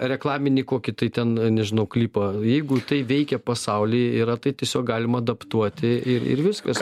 reklaminį kokį tai ten nežinau klipą jeigu tai veikia pasaulyje yra tai tiesiog galima adaptuoti i ir viskas